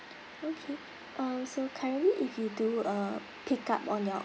okay uh so currently if you do uh pick up on your